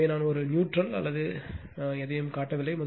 எனவே நான் ஒரு நியூட்ரல் அல்லது எதையும் காட்டவில்லை